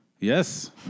Yes